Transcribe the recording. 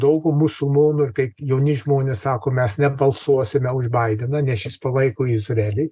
daug musulmonų ir kaip jauni žmonės sako mes nebalsuosime už baideną nes šis palaiko izraelį